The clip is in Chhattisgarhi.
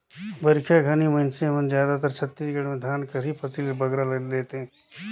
बरिखा घनी मइनसे मन जादातर छत्तीसगढ़ में धान कर ही फसिल बगरा लेथें